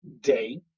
day